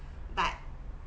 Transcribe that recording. but